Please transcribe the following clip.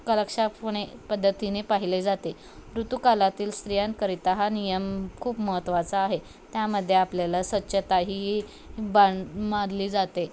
तर अशा पणे पद्धतीने पाहिले जाते ऋतूकालातील स्त्रियांकरिता हा नियम खूप महत्त्वाचा आहे त्यामध्ये आपल्याला स्वच्छताही बां मानली जाते